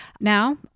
Now